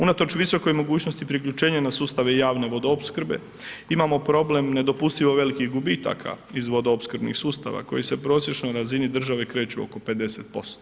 Unatoč visokoj mogućnosti priključenja na sustave javne vodoopskrbe imamo problem nedopustivo velikih gubitaka iz vodoopskrbnih sustava koji se prosječno na razini države kreću oko 50%